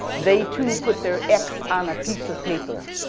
they too put their x on a piece of paper.